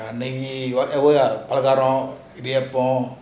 நெய்யே பலகாரம் இடியாப்பம்:neiye palagaram idiyaapam